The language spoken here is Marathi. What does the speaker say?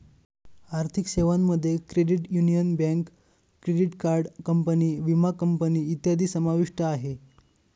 आर्थिक सेवांमध्ये credit union, bank, credit card company, विमा कंपनी इत्यादी समाविष्ट आहे